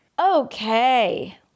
Okay